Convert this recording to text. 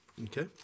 Okay